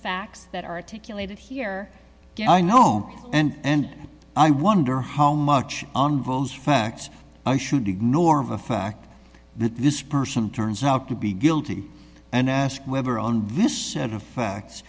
fact that articulated here i know and i wonder how much on voles facts i should ignore of a fact that this person turns out to be guilty and ask whether on this of facts